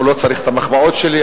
הוא לא צריך את המחמאות שלי,